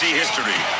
history